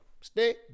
Stay